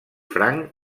franc